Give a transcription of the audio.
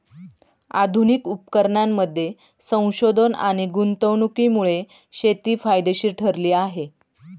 आधुनिक उपकरणांमध्ये संशोधन आणि गुंतवणुकीमुळे शेती फायदेशीर ठरली आहे